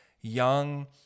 young